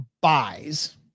buys